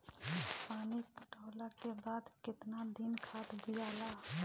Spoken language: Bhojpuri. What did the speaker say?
पानी पटवला के बाद केतना दिन खाद दियाला?